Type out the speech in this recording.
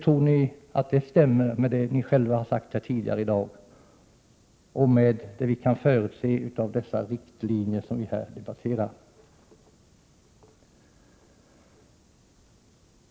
1987/88:114 ni själva har sagt tidigare i dag och med vad vi kan förutse av de riktlinjersom 4 maj 1988 nu debatteras?